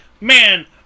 man